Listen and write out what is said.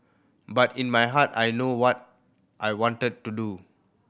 but in my heart I know what I wanted to do